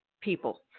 people